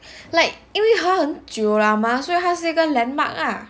like 因为他很久了嘛所以还是一个 landmark lah